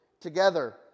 together